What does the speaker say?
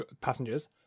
passengers